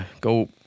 go